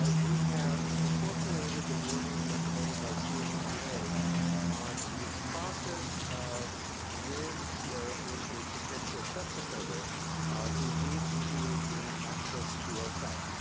we have incorporated the wording recommended by csba on the process of when there is a potential sex offender who needs to gain access to our site.